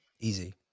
easy